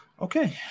Okay